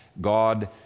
God